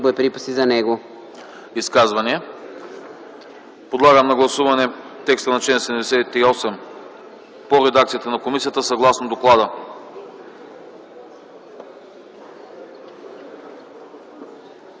боеприпаси за него.”